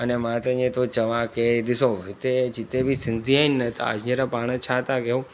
अने मां त इअं थो चवां की ॾिसो हिते जिते बि सिंधी आहिनि न तव्हां हींअर पाणि छा था कयूं